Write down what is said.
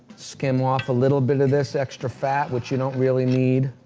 skim off a little bit of this extra fat, which you don't really need.